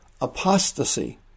Apostasy